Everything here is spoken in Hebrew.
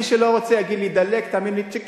מי שלא רוצה, שיגיד לי לדלג, ואדלג.